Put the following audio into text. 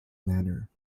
manner